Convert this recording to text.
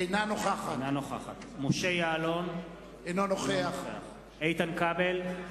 משה יעלון, אינו נוכח איתן כבל,